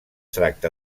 tracta